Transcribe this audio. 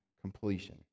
completion